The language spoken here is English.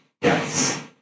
Yes